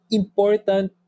important